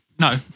No